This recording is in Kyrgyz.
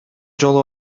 жолу